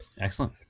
Excellent